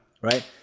Right